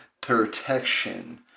protection